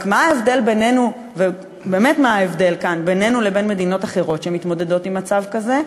רק מה ההבדל בינינו לבין מדינות אחרות שמתמודדות עם מצב כזה?